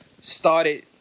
started